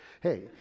hey